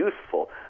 useful